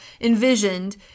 envisioned